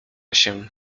się